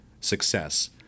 success